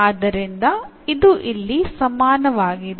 ಆದ್ದರಿಂದ ಇದು ಇಲ್ಲಿ ಸಮಾನವಾಗಿದೆ